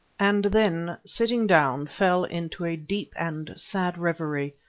and then sitting down, fell into a deep and sad reverie,